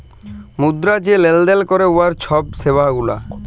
মুদ্রা যে লেলদেল ক্যরে উয়ার ছব সেবা গুলা